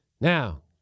Now